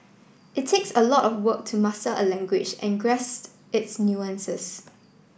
it takes a lot of work to master a language and grasp its nuances